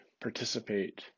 participate